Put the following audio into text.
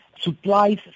supplies